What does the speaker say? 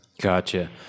Gotcha